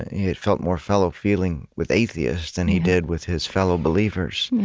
he had felt more fellow-feeling with atheists than he did with his fellow believers,